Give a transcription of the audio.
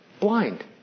Blind